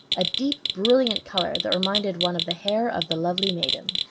a deep brilliant color that reminded one of the hair of the lovely maiden.